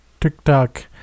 TikTok